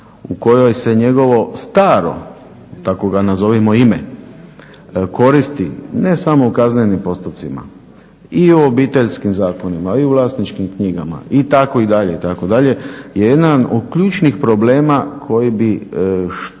u kojoj se njegovo staro, tako ga nazovimo ime koristi ne samo u kaznenim postupcima, i u obiteljskim zakonima i u vlasničkim knjigama itd. Je jedan od ključnih problema koji bi što